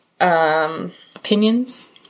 Opinions